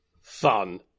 Fun